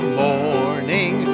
morning